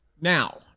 Now